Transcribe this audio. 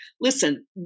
Listen